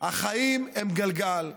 החיים הם גלגל,